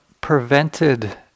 prevented